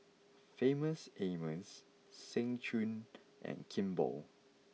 Famous Amos Seng Choon and Kimball